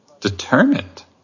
determined